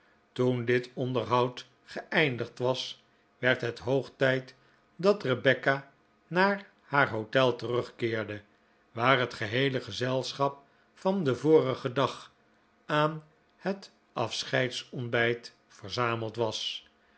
toen dit onderhoud geeindigd was werd het hoog tijd dat rebecca naar haar hotel terugkeerde waar het geheele gezelschap van den vorigen dag aan het afscheidsontbijt verzameld was